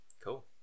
cool